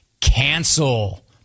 cancel